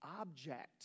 object